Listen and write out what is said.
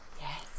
yes